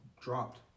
dropped